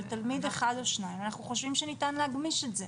אבל תלמיד אחד או שניים אנחנו חושבים שניתן להגמיש את זה.